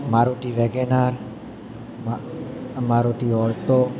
Maruti Wagon R મા મારુતિ ઓલ્ટો